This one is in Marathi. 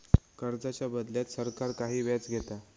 कर्जाच्या बदल्यात सरकार काही व्याज घेता